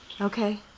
okay